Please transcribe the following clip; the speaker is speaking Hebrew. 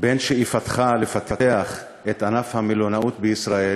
בין שאיפתך לפתח את ענף המלונאות בישראל